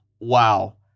wow